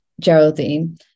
Geraldine